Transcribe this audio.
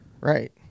Right